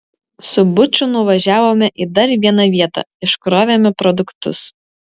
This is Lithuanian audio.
su buču nuvažiavome į dar vieną vietą iškrovėme produktus